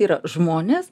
yra žmonės